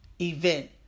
event